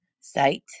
sight